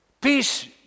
peace